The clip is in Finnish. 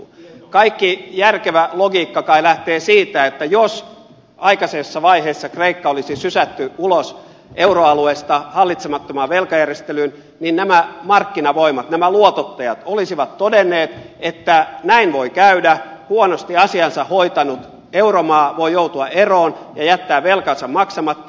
kaikki järkevä logiikka kai lähtee siitä että jos aikaisessa vaiheessa kreikka olisi sysätty ulos euroalueesta hallitsemattomaan velkajärjestelyyn niin nämä markkinavoimat nämä luotottajat olisivat todenneet että näin voi käydä huonosti asiansa hoitanut euromaa voi joutua eroon ja jättää velkansa maksamatta